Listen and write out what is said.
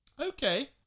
Okay